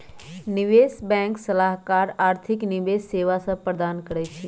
निवेश बैंक सलाहकार आर्थिक निवेश सेवा सभ प्रदान करइ छै